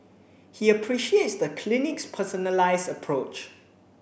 he appreciates the clinic's personalised approach